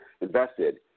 invested